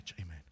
Amen